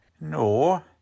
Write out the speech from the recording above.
No